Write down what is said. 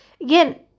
Again